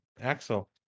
Axel